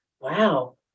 wow